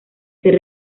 ser